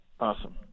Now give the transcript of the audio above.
Awesome